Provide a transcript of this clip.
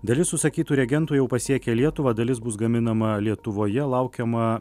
dalis užsakytų reagentų jau pasiekė lietuvą dalis bus gaminama lietuvoje laukiama